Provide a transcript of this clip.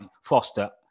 foster